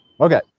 okay